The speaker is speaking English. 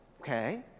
okay